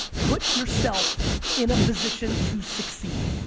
put yourself in a position to succeed.